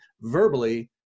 verbally